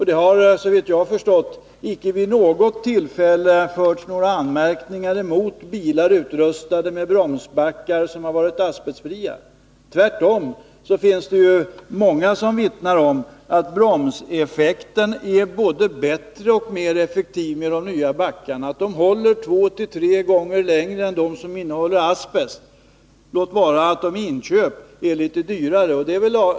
Det har, såvitt jag förstått, inte vid något tillfälle framförts några anmärkningar mot bilar utrustade med bromsbackar som varit asbestfria. Tvärtom finns det många som vittnar om att bromseffekten är bättre med de nya backarna och att de håller två till tre gånger längre än de backar som innehåller asbest, låt vara att de i inköp är litet dyrare.